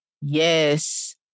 yes